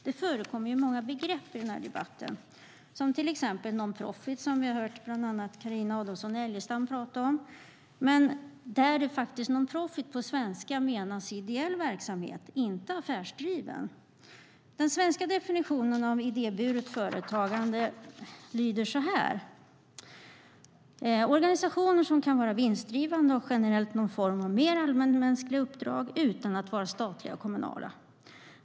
Det förekommer ju många begrepp i den här debatten, till exempel non-profit som vi har hört bland annat Carina Adolfsson Elgestam prata om, där non-profit på svenska faktiskt betyder ideell verksamhet och inte affärsdriven. Den svenska definitionen av idéburet företagande lyder så här: "Organisationerna kan vara vinstdrivande och har generellt någon form av mer allmänmänskliga uppdrag, utan att vara statliga eller kommunala.